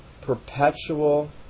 perpetual